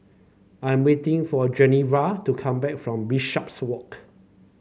I'm waiting for Genevra to come back from Bishopswalk